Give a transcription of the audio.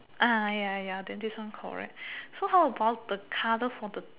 ah ya ya then this one correct so how about the colour for the